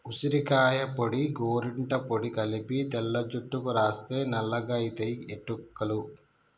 ఉసిరికాయ పొడి గోరింట పొడి కలిపి తెల్ల జుట్టుకు రాస్తే నల్లగాయితయి ఎట్టుకలు